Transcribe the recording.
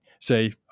say